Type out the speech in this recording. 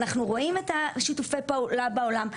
אנחנו רואים את שיתופי הפעולה בעולם.